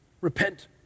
Repent